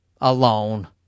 alone